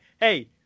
hey